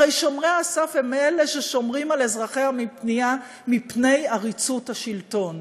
הרי שומרי הסף הם ששומרים על אזרחיה מפני עריצות השלטון,